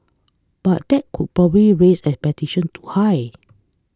but that would probably raise expectation too high